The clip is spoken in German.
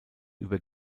über